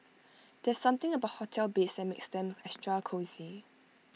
there's something about hotel beds that makes them extra cosy